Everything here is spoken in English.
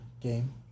game